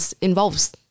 involves